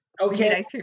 Okay